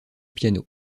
piano